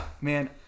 Man